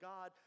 God